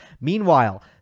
Meanwhile